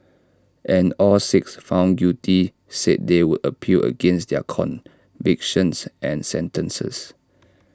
and all six found guilty said they would appeal against their convictions and sentences